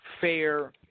fair